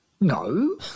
No